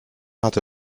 hatte